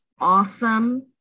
awesome